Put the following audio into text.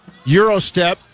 Eurostep